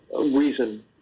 reason